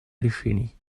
решений